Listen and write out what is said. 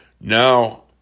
Now